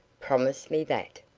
promise me that.